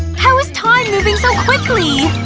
how is time moving so quickly!